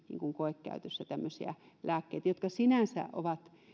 koekäytössä tämmöisiä lääkkeitä joista sinänsä on